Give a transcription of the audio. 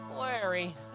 Larry